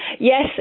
Yes